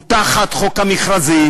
הוא תחת חוק חובת המכרזים,